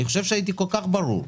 אני חושב שהייתי כל כך ברור.